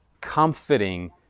comforting